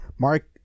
Mark